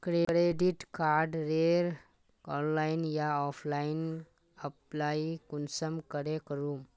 Credit कार्डेर online या offline apply कुंसम करे करूम?